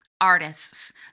artists